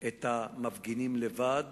את המפגינים לבד